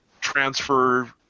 transfer